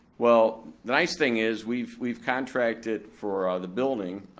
well, the nice thing is we've we've contracted for ah the building,